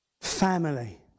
family